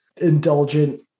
indulgent